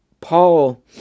Paul